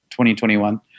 2021